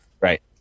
Right